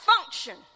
function